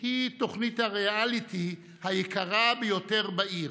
היא תוכנית הריאליטי היקרה ביותר בעיר: